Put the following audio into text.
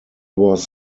was